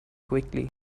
quickly